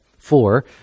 four